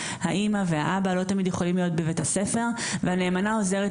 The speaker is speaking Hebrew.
האמא והאבא לא תמיד יכולים להיות בבית הספר והנאמנה עוזרת